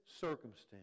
circumstance